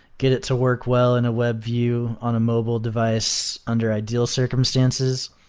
get it to work well in a web view on a mobile device under ideal circumstances,